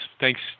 Thanks